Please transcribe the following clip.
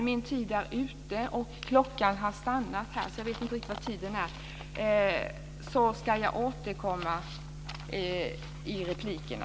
Min talartid är slut, men jag får återkomma i replikerna.